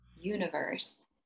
universe